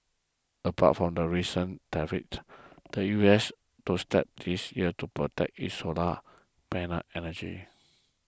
apart from the recent tariffs the U S took steps this year to protect its solar panel energy